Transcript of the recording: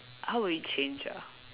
how will it change ah